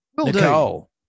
Nicole